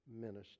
minister